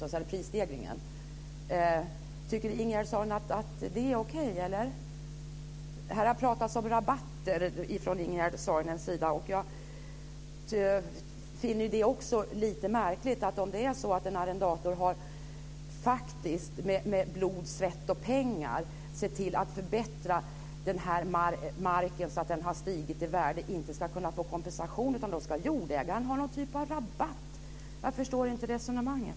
Tycker Ingegerd Saarinen att det är okej? Ingegerd Saarinen har här talat om rabatter, och jag finner det också lite märkligt att om en arrendator faktiskt med blod, svett och pengar har sett till att förbättra denna mark så att den har stigit i värde inte ska kunna få kompensation för det utan att jordägaren då ska ha någon typ av rabatt. Jag förstår inte resonemanget.